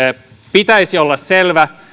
pitäisi olla selvää